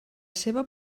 seva